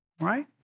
Right